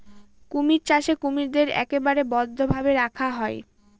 কুমির চাষে কুমিরদের একেবারে বদ্ধ ভাবে রাখা হয়